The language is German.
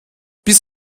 bis